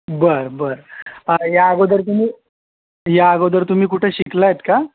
बरं बरं या अगोदर तुम्ही या अगोदर तुम्ही कुठे शिकला आहेत का